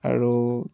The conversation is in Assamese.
আৰু